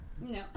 No